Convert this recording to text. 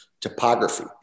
topography